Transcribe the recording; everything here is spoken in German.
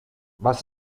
was